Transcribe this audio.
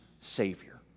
Savior